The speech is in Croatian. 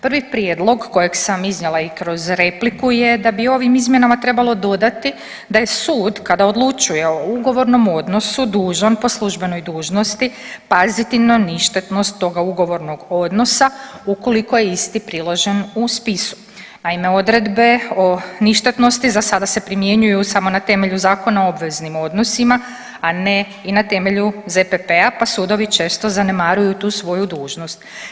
Prvi prijedlog kojeg sam iznijela i kroz repliku je da bi ovim izmjenama trebalo dodati da je sud kada odlučuje o ugovornom odnosu dužan po službenoj dužnosti paziti na ništetnost toga ugovornog odnosa ukoliko je isti priložen u spisu, a i na odredbe o ništetnosti za sada se primjenjuju samo na temelju Zakona o obveznim odnosima, a ne i na temelju ZPP-a pa sudovi često zanemaruju tu svoju dužnost.